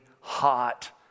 hot